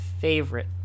favorite